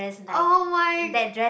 oh-my-god